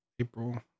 April